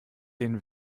den